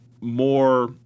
more